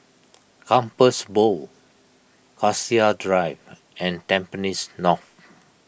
Compassvale Bow Cassia Drive and Tampines North